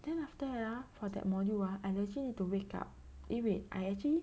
then after that ah for that module ah I legit need to wake up eh wait I actually